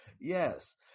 Yes